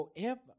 forever